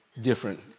different